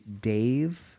Dave